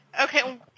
Okay